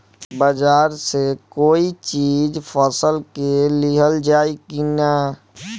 बाजार से कोई चीज फसल के लिहल जाई किना?